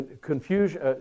confusion